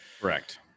Correct